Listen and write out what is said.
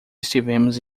estivemos